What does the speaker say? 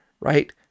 right